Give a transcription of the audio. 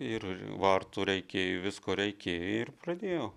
ir vartų reikėjo visko reikėjo ir pradėjau